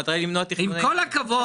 המטרה היא למנוע --- עם כל הכבוד,